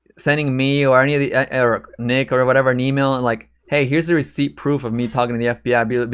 sending me or any of the nick or whatever an email and like, hey, here's the receipt proof of me talking to the fbi, like